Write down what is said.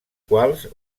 quals